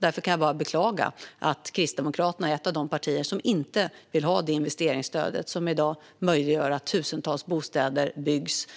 Därför kan jag bara beklaga att Kristdemokraterna är ett av de partier som inte vill ha det investeringsstöd som i dag möjliggör att tusentals bostäder byggs